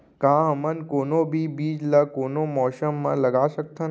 का हमन कोनो भी बीज ला कोनो मौसम म लगा सकथन?